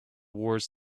wars